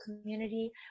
community